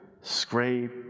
scrape